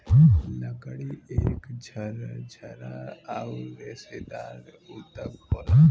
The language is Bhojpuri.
लकड़ी एक झरझरा आउर रेसेदार ऊतक होला